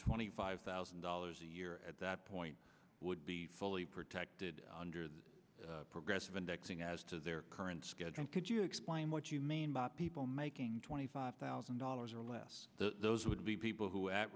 twenty five thousand dollars a year at that point would be fully protected under the progressive indexing as to their current schedule could you explain what you mean by people making twenty five thousand dollars or less the those would be people who at